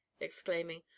exclaiming